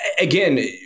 Again